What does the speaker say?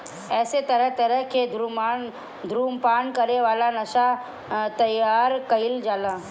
एसे तरह तरह के धुम्रपान करे वाला नशा तइयार कईल जाला